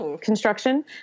construction